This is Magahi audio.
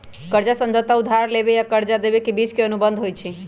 कर्जा समझौता उधार लेबेय आऽ कर्जा देबे के बीच के अनुबंध होइ छइ